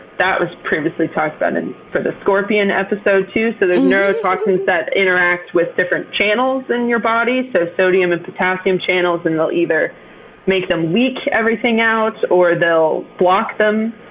that was previously talked about and for the scorpion episode, too. so neurotoxins that interact with different channels in your body, so sodium and potassium channels, and they'll either make them leak everything out or they'll block them.